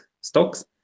stocks